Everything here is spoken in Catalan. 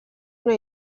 una